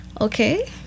Okay